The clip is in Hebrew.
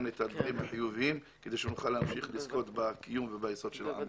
את הדברים החיוביים כדי שנוכל להמשיך לזכות בקיום וביסוד של עם ישראל.